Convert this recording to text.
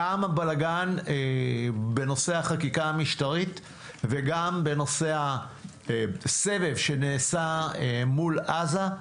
גם בלגן בנושא החקיקה המשטרית וגם בנושא הסבב שנעשה מול עזה,